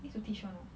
need to teach [one] ah